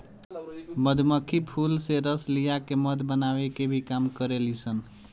मधुमक्खी फूल से रस लिया के मध बनावे के भी काम करेली सन